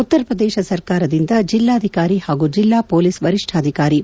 ಉತ್ತರ ಪ್ರದೇಶ ಸರ್ಕಾರದಿಂದ ಜಿಲ್ಲಾಧಿಕಾರಿ ಹಾಗೂ ಜಿಲ್ಲಾ ಮೊಲೀಸ್ ವರಿಷ್ಠಾಧಿಕಾರಿ ವಜಾ